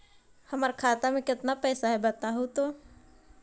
हमर खाता में केतना पैसा है बतहू तो?